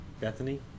Bethany